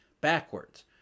backwards